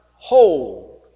Hold